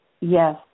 Yes